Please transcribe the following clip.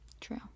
True